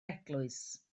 eglwys